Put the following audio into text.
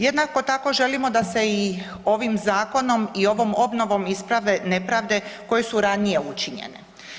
Jednako tako želimo da se i ovim zakonom i ovom obnovom isprave nepravde koje su ranije učinjene.